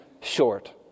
Short